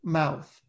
mouth